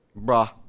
bruh